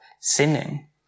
sinning